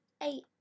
eight